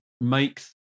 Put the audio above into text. make